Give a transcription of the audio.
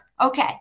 Okay